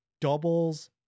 doubles